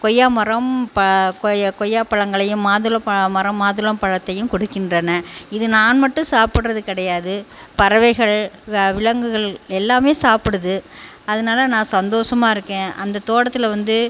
கொய்யாமரம் ப கொய் கொய்யா பழங்களையும் மாதுளமரம் மாதுளப்பழத்தையும் கொடுக்கின்றன இது நான் மட்டும் சாப்பிடுறது கிடையாது பறவைகள் விலங்குகள் எல்லாமே சாப்பிடுது அதனால நான் சந்தோஷமா இருக்கேன் அந்த தோட்டத்தில் வந்து